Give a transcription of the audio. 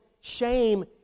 shame